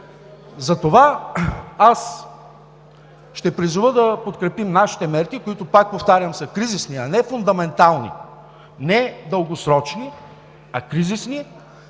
Затова ще призова да подкрепим нашите мерки, които, пак повтарям, са кризисни, а не фундаментални, не дългосрочни, а кризисни,